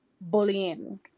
bullying